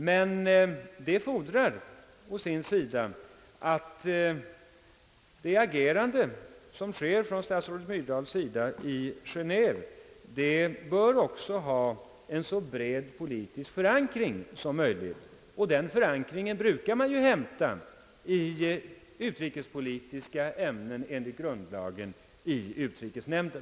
Detta fordrar i sin tur emellertid att statsrådet Myrdals agerande i Geneve också bör ha en så bred politisk förankring som möjligt, och denna förankring brukar man grundlagsenligt i utrikespolitiska ämnen försäkra sig om i utrikesnämnden.